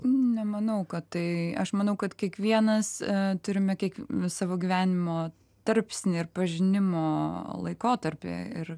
nemanau kad tai aš manau kad kiekvienas turime kiek savo gyvenimo tarpsnį ir pažinimo laikotarpį ir